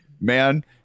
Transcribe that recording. man